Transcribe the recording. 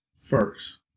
first